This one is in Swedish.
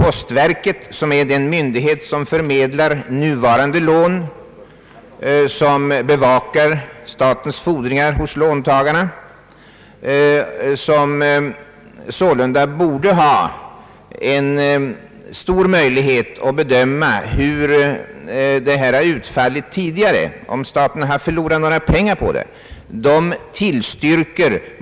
Postverket, som är den myndighet som meddelar de nuvarande lånen och bevakar statens fordringar hos låntagarna, ett verk som sålunda borde ha stor möjlighet att bedöma hur systemet har utfallit och om staten förlorat några pengar, tillstyrker motionsförslaget.